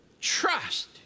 trust